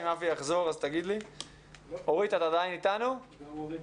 גם אורית